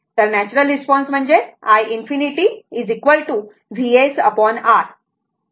तर natural response म्हणजेच iinfinity VsR